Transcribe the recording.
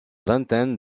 vingtaine